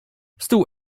stół